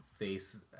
Face